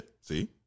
See